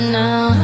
now